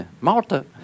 Malta